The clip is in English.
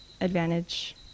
advantage